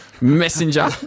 Messenger